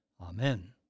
Amen